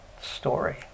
story